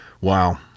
wow